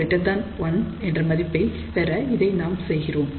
1Γout1 என்ற மதிப்பை பெற இதை நாம் செய்கிறோம்